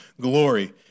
glory